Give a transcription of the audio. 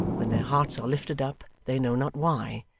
when their hearts are lifted up they know not why,